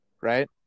Right